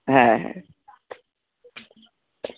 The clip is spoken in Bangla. হ্যাঁ হ্যাঁ